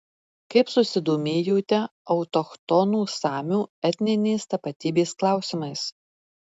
kaip susidomėjote autochtonų samių etninės tapatybės klausimais